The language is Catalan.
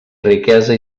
riquesa